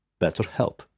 BetterHelp